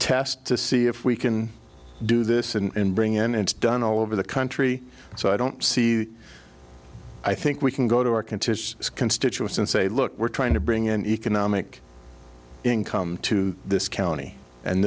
test to see if we can do this and bring in it's done all over the country so i don't see i think we can go to our continuous constituents and say look we're trying to bring an economic income to this county and